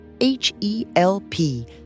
H-E-L-P